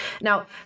Now